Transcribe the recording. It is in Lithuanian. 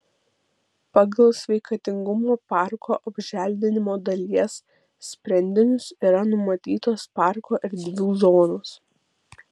pagal sveikatingumo parko apželdinimo dalies sprendinius yra numatytos parko erdvių zonos